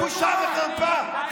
בושה וחרפה.